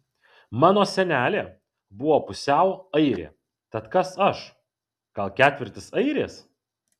mano senelė buvo pusiau airė tad kas aš gal ketvirtis airės